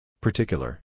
Particular